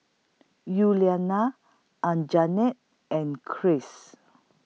Yuliana Anjanette and Kris